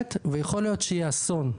מצוינת ויכול להיות שהיא אסון.